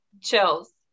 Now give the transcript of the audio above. chills